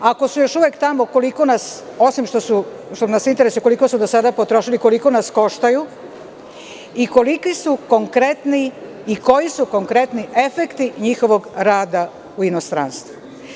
Ako su još uvek tamo koliko nas osim, što nas interesuje koliko su do sada potrošili, koliko nas koštaju i koliki su konkretni i koji su konkretni efekti njihovog rada u inostranstvu?